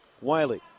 Wiley